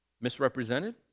misrepresented